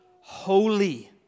holy